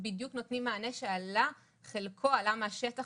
בדיוק נותנים את המענה שחלקו עלה מהשטח